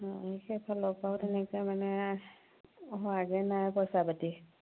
সেইফালৰ পৰাও তেনেকৈ মানে হোৱাগৈ নাই পইচা পাতি